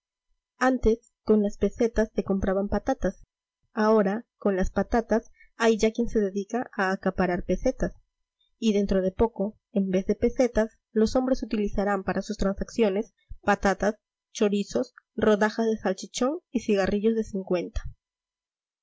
antes con las pesetas se compraban patatas ahora con las patatas hay ya quien se dedica a acaparar pesetas y dentro de poco en vez de pesetas los hombres utilizarán para sus transacciones patatas chorizos rodajas de salchichón y cigarrillos de cincuenta